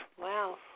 Wow